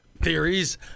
theories